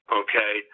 okay